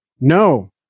No